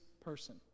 person